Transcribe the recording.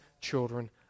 children